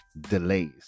delays